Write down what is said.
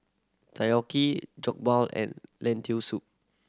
Takoyaki Jokbal and Lentil Soup